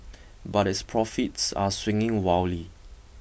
but its profits are swinging wildly